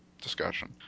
discussion